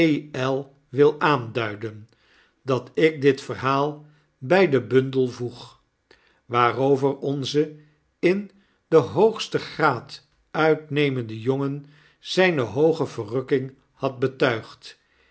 wil aanduiden dat ik dit verhaal by den bundel voeg waarover onze in den hoogsten graad uitnemende jongen zyne hooge verrukking had betuigd